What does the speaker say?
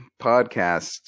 podcast